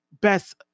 best